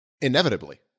inevitably